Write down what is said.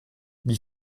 wie